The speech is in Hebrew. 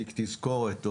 תיק תזכורת,